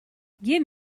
give